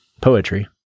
poetry